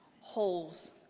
holes